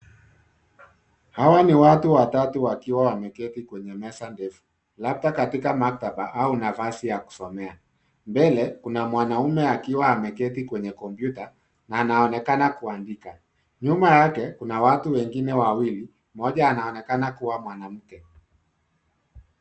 Hawa ni watu watatu wakiwa wameketi kwenye meza ndefu, labda katika maktaba au nafasi ya kusomea. Mbele, kuna mwanaume akiwa ameketi kwenye kompyuta, na anaonekana kuandika . Nyuma yake kuna watu wengine wawili , mmoja anaonekana kuwa mwanamke.